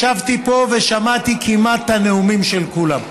ישבתי פה ושמעתי את הנאומים של כולם כמעט.